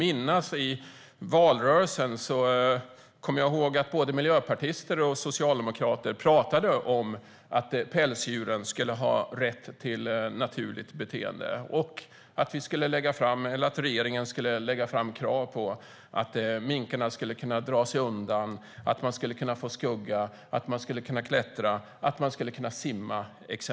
I valrörelsen talade både miljöpartister och socialdemokrater om att pälsdjur skulle ha rätt till naturligt beteende och att regeringen skulle lägga fram krav på att minkarna exempelvis skulle kunna dra sig undan, kunna få skugga, kunna klättra och få simma.